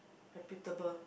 reputable